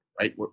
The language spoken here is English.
right